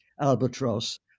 albatross